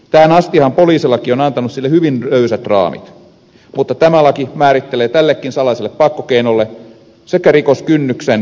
tähän astihan poliisilaki on antanut sille hyvin löysät raamit mutta tämä laki määrittelee tällekin salaiselle pakkokeinolle sekä rikoskynnyksen että päätöksentekijän